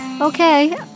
Okay